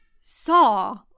saw